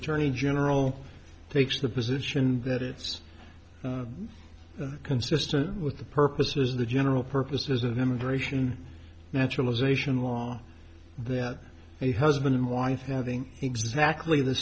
attorney general takes the position that it's consistent with the purposes of the general purposes of immigration naturalization law that a husband and wife having exactly the